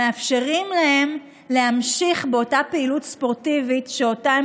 מאפשרים להם להמשיך באותה פעילות ספורטיבית שאותה הם